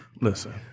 Listen